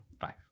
five